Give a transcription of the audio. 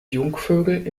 jungvögel